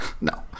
No